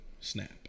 snap